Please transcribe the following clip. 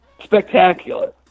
spectacular